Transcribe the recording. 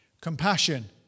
compassion